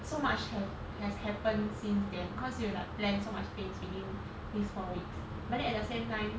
so much have has happened since then cause you like plan so much things within these four weeks but then at the same time